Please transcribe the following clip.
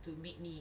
to meet me